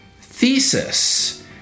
thesis